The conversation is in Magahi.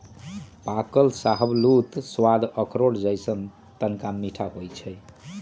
पाकल शाहबलूत के सवाद अखरोट जइसन्न तनका मीठ होइ छइ